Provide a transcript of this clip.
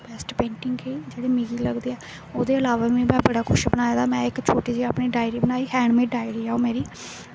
best painting ही जेह्ड़ी मिगी लगदी ऐ ओह्दे अलावा बड़ा किश बनाए दा में इक छोटी जेही डायरी बनाई दी हैंडमेड़ डायरी ऐ ओह् मेरी